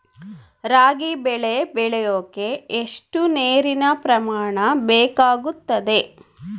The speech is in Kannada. ರಾಗಿ ಬೆಳೆ ಬೆಳೆಯೋಕೆ ಎಷ್ಟು ನೇರಿನ ಪ್ರಮಾಣ ಬೇಕಾಗುತ್ತದೆ?